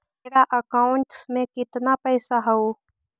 मेरा अकाउंटस में कितना पैसा हउ?